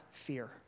fear